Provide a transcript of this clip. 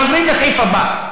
אנחנו עוברים לסעיף הבא,